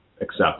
accept